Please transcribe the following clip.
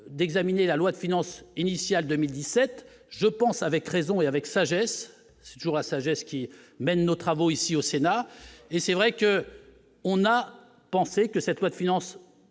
d'examiner la loi de finances initiale 2017 je pense avec raison et avec sagesse toujours la sagesse qui mène aux travaux ici au Sénat, et c'est vrai que on a pensé que cette loi de finances,